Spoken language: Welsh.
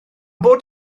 bod